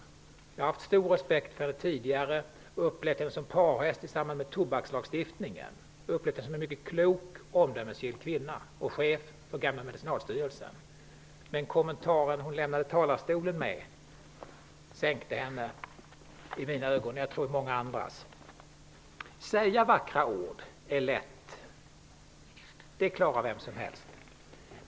Jag har haft stor respekt för henne tidigare och upplevt henne som parhäst i samband med tobakslagstiftningen. Jag har upplevt henne som en mycket klok och omdömesgill kvinna tillika chef för gamla Medicinalstyrelsen. Den kommentar hon lämnade talarstolen med sänkte henne i mina och troligen också i många andras ögon. Att säga vackra ord är lätt. Det klarar vem som helst.